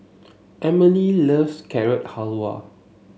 Emely loves Carrot Halwa